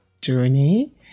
journey